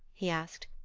he asked.